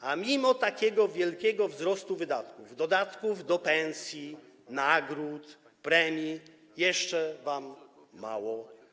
A mimo takiego wielkiego wzrostu wydatków, dodatków do pensji, nagród, premii jeszcze wam mało.